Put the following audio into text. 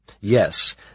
yes